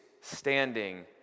standing